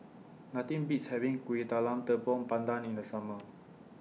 Nothing Beats having Kuih Talam Tepong Pandan in The Summer